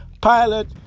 pilot